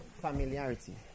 familiarity